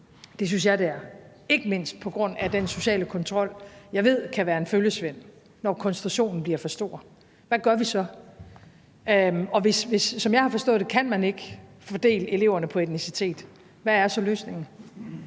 det synes jeg det er, ikke mindst på grund af den sociale kontrol, jeg ved kan være en følgesvend, når koncentrationen bliver for stor – hvad gør vi så? Som jeg har forstået det, kan man ikke fordele eleverne ud fra etnicitet, så hvad er løsningen?